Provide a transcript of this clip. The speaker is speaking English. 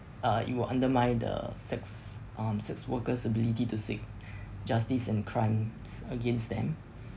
uh it will undermine the sex um sex worker's ability to seek justice in crimes against them